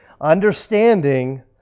understanding